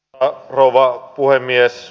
arvoisa rouva puhemies